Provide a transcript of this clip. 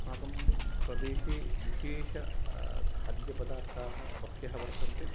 अस्माकं प्रदेशे विशेष खाद्यपदार्थाः बह्व्यः वर्तन्ते